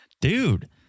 dude